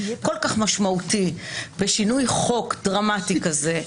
כל כך משמעותי בשינוי חוק דרמטי כזה,